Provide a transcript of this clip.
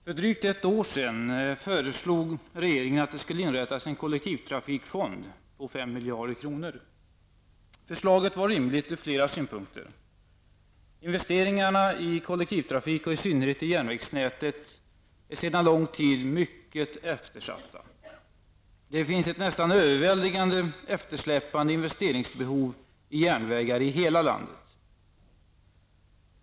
Herr talman! För drygt ett år sedan föreslog regeringen att det skulle inrättas en kollektivtrafikfond på 5 miljarder kronor. Förslaget var rimligt ur flera synpunkter. Investeringarna i kollektivtrafik, och i synnerhet i järnvägsnätet, är sedan lång tid tillbaka mycket eftersatta. Det finns ett nästan överväldigande eftersläpande investeringsbehov i järnvägar i hela landet!